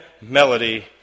melody